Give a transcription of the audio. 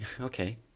Okay